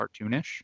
cartoonish